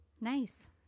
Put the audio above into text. Nice